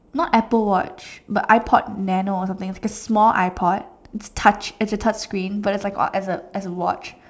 not apple watch but iPod nano or something it's like a small iPod it's touch it's a touch screen but it's like a it's as as a watch